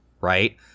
right